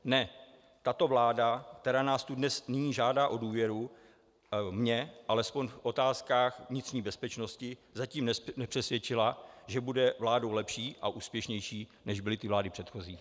Ne, tato vláda, která nás tu dnes nyní žádá o důvěru, mě alespoň v otázkách vnitřní bezpečnosti zatím nepřesvědčila, že bude vládou lepší a úspěšnější, než byly ty vlády předchozí.